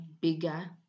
bigger